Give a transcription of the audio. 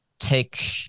take